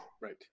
Right